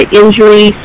injury